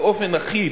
באופן אחיד,